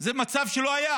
זה מצב שלא היה.